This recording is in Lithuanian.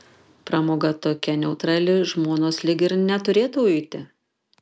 pramoga tokia neutrali žmonos lyg ir neturėtų uiti